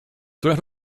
threat